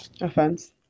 offense